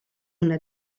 una